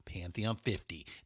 Pantheon50